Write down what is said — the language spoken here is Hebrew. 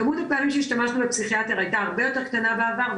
כמות הפעמים שהשתמשנו בפסיכיאטר הייתה הרבה יותר קטנה בעבר,